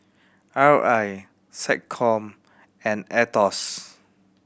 R I SecCom and Aetos